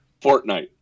fortnite